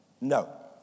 no